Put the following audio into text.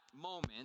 moment